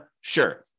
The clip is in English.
Sure